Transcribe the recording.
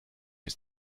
ist